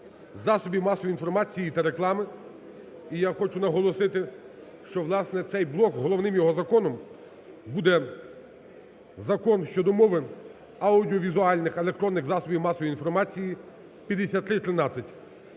засобів масової інформації та реклами. І я хочу наголосити, що у нас на цей блок головним його законом буде Закон щодо мови аудіовізуальних (електронних) засобів масової інформації (5313).